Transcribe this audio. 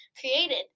created